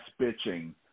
bitching